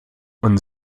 und